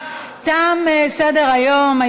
תם סדר-היום.